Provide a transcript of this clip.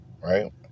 Right